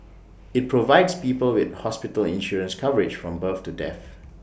IT provides people with hospital insurance coverage from birth to death